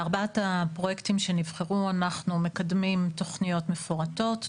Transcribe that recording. בארבעת הפרויקטים שנבחרו אנחנו מקדמים תוכניות מפורטות.